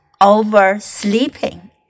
oversleeping